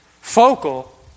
focal